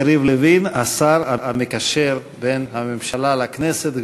לוין, השר המקשר בין הממשלה לכנסת.